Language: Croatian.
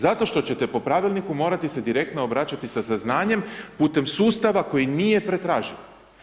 Zato što ćete po Pravilniku morati se direktno obraćati sa saznanjem putem sustava koji nije pretraživ.